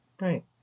Right